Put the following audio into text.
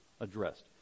addressed